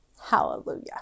Hallelujah